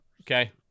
okay